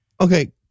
Okay